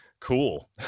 Cool